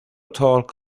talk